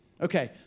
Okay